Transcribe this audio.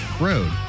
Road